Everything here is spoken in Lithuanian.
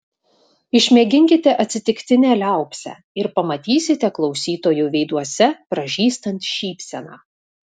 išmėginkite atsitiktinę liaupsę ir pamatysite klausytojų veiduose pražystant šypseną